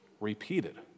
repeated